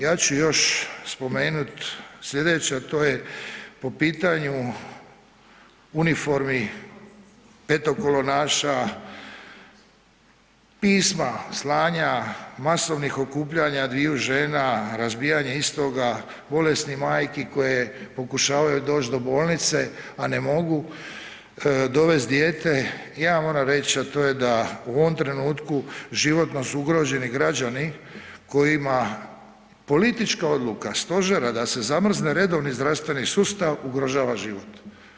Ja ću još spomenut slijedeće, a to je po pitanju uniformi, petokolonaša, pisma, slanja, masovnih okupljanja dviju žena, razbijanje istoga, bolesnih majki koje pokušavaju doći do bolnice, a ne mogu dovest dijete, ja vam moram reći da u ovom trenutku životno su ugroženi građani kojima politička odluka stožera da se zamrzne redovni zdravstveni sustav ugrožava život.